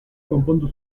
konpondu